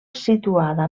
situada